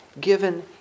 given